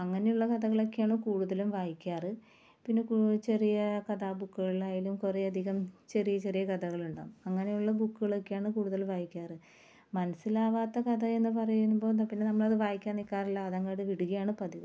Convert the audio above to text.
അങ്ങനെയുള്ള കഥകളൊക്കെയാണ് കൂടുതലും വായിക്കാറ് പിന്നെ കു ചെറിയ കഥാ ബുക്കുകളിലായാലും കുറേയധികം ചെറിയ ചെറിയ കഥകളുണ്ടാകും അങ്ങനെയുള്ള ബുക്കുകളൊക്കെയാണ് കൂടുതല് വായിക്കാറ് മനസ്സിലാവാത്ത കഥയെന്നു പറയുമ്പോൾ എന്നാൽ പിന്നെ നമ്മളത് വായിക്കാന് നിൽക്കാറില്ല അതങ്ങോട്ട് വിടുകയാണ് പതിവ്